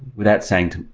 without saying,